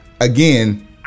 again